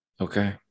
Okay